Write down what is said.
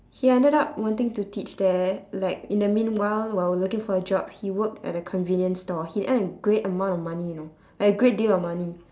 he ended up wanting to teach there like in the meanwhile while looking for a job he worked at a convenience store he earned a great amount of money you know like a great deal of money